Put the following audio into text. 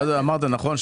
ואז אמרת שנכון,